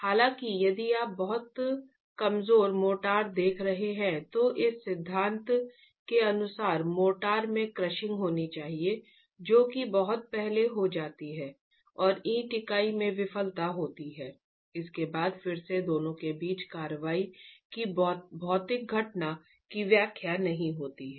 हालांकि यदि आप बहुत कमजोर मोर्टार देख रहे हैं तो इस सिद्धांत के अनुसार मोर्टार में क्रशिंग होनी चाहिए जो कि बहुत पहले हो जाती है और ईंट इकाई में विफलता होती है जिसके बाद फिर से दोनों के बीच कार्रवाई की भौतिक घटना की व्याख्या नहीं होती है